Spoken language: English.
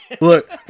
Look